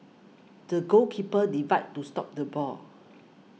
the goalkeeper divide to stop the ball